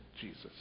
Jesus